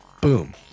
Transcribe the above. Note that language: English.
Boom